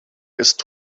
ist